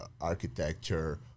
architecture